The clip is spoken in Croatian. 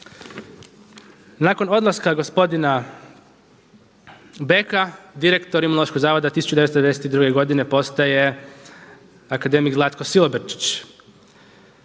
Nakon odlaska gospodina Beka direktor Imunološkog zavoda 1992. godine postaje akademik Zlatko Silobrčić.